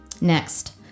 next